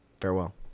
Farewell